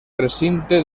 recinte